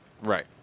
Right